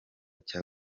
cya